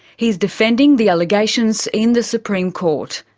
he's defending the allegations in the supreme court.